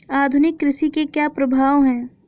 आधुनिक कृषि के क्या प्रभाव हैं?